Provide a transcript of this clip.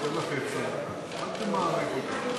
אז אני נותן לך עצה: אל תמהרי כל כך.